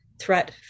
Threat